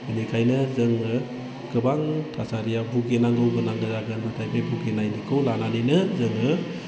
बेनिखायनो जोङो गोबां थासारियाव भुगिनांगौ गोनां जागोन नाथाय बे भुगिनायफोरखौ लानानैनो जोङो